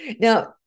Now